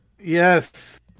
Yes